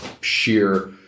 sheer